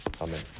Amen